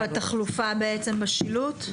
את התחלופה בשילוט?